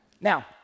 Now